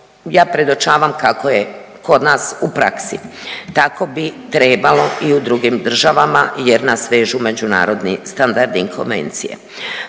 Ja predočavam kako je kod nas u praksi, tako bi trebalo i u drugim državama jer nas vežu međunarodni standardi i konvencije.